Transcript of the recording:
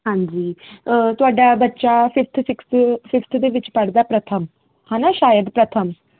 ਹਾਂਜੀ ਤੁਹਾਡਾ ਬੱਚਾ ਫਿਫਥ ਸਿਕਸਥ ਦੇ ਵਿੱਚ ਪੜ੍ਹਦਾ ਪ੍ਰਥਮ ਹਨਾ ਸ਼ਾਇਦ ਪ੍ਰਥਮ